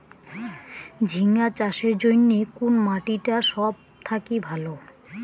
ঝিঙ্গা চাষের জইন্যে কুন মাটি টা সব থাকি ভালো?